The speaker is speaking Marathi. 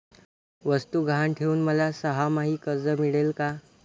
वस्तू गहाण ठेवून मला सहामाही कर्ज मिळेल का?